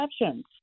exceptions